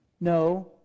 No